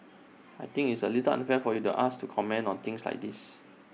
I think it's A little unfair for you to ask to comment on things like this